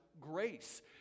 grace